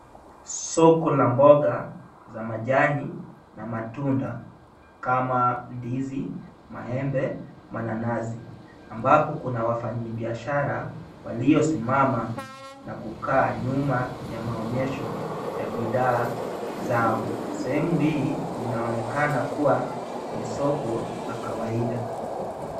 Soko la mboga za majani na matunda kama ndizi, maembe, mananasi ambapo kuna wafanyibiashara waliosimama na kukaa nyuma ya maonyesho ya bidhaa zao. Sehemu hii inaonekana kuwa ni soko la kawaida.